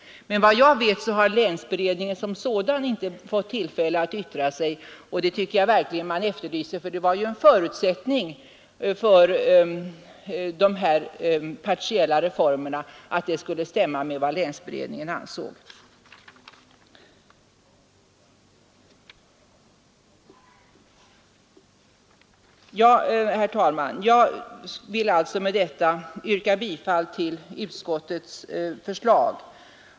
Enligt vad jag vet har länsberedningen som sådan inte fått tillfälle att yttra sig; och det vill jag verkligen efterlysa, för det var ju en förutsättning för de partiella reformerna att de skulle stå i överensstämmelse med länsberedningens uppfattning. Herr talman! Jag vill med detta yrka bifall till utskottets förslag.